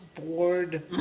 bored